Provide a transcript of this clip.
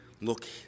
Look